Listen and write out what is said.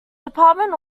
department